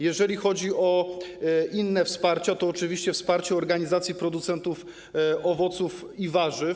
Jeżeli chodzi o inne wsparcie, to oczywiście jest wsparcie organizacji producentów owoców i warzyw.